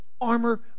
armor